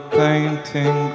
painting